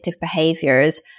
behaviors